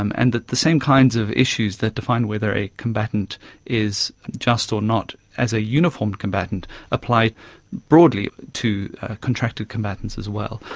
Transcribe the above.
um and the the same kinds of issues that define whether a combatant is just or not as a uniformed combatant apply broadly to contracted combatants as well.